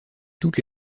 toutes